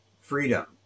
freedom